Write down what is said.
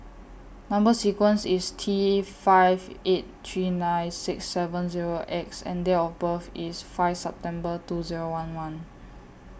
Number sequence IS T five eight three nine six seven Zero X and Date of birth IS five September two Zero one one